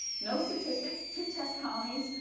no statistics, two test colonies,